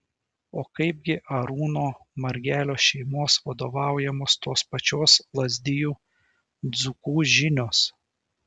o kaip gi artūro margelio šeimos vadovaujamos tos pačios lazdijų dzūkų žinios